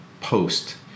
post